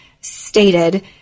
stated